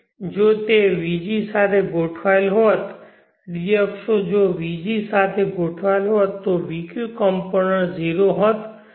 જો તે vg સાથે ગોઠવાયેલ હોત d અક્ષો જો vg સાથે ગોઠવાયેલ હોત તો vq કમ્પોનન્ટ 0 હોત